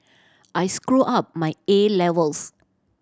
I screw up my A levels